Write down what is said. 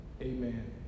Amen